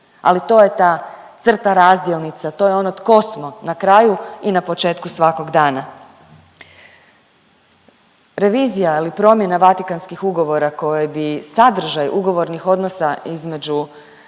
ali to je ta crta razdjelnica, to je ono tko smo na kraju i na početku svakog dana. Revizija ili promjena Vatikanskih ugovora koje bi sadržaj ugovornih odnosa između